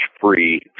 free